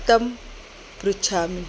तं पृच्छामि